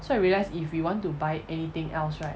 so I realised if you want to buy anything else right